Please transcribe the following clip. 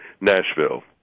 Nashville